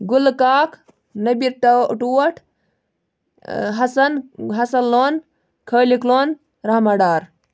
گُلہٕ کاک نبیٖر ٹہٕ ٹوٹھ حسن حسن لون خٲلق لون رحمان ڈار